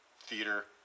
theater